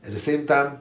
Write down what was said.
at the same time